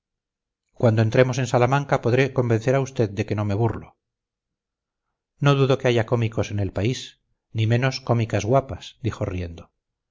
cuando entremos en salamanca podré convencer a usted de que no me burlo no dudo que haya cómicos en el país ni menos cómicas guapas dijo riendo